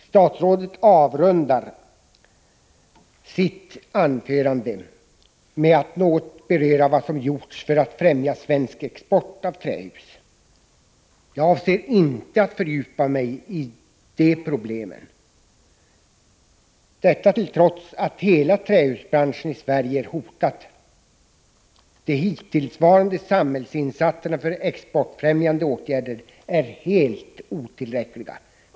Statsrådet avrundar sitt anförande med att något beröra vad som gjorts för att främja svensk export av trähus. Jag avser inte att fördjupa mig i de problemen, trots att hela trähusbranschen i Sverige är hotad. De hittillsvarande samhällsinsatserna för exportfrämjande åtgärder är helt otillräckliga.